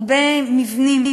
הרבה מבנים,